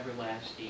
everlasting